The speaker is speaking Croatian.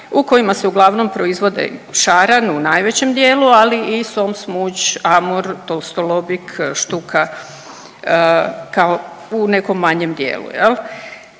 u kojima se uglavnom proizvode šaran u najvećem dijelu, ali i som, smuđ, amur, tolstolobik, štuka kao u nekom manjem dijelu.